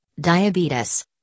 diabetes